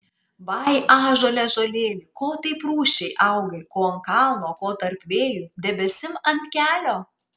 vai ąžuole ąžuolėli ko taip rūsčiai augai ko ant kalno ko tarp vėjų debesim ant kelio